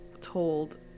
told